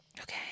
Okay